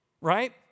right